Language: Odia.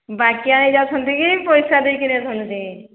ବାକିଆ ହୋଇଯାଉଛନ୍ତି କି ପଇସା ଦେଇକିରି